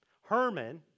Herman